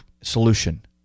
solution